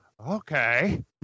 Okay